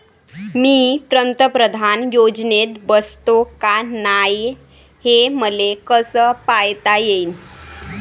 मी पंतप्रधान योजनेत बसतो का नाय, हे मले कस पायता येईन?